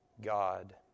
God